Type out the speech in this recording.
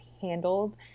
handled